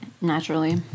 Naturally